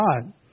God